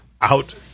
out